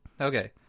Okay